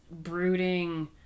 brooding